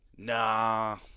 Nah